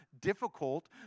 difficult